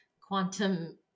quantum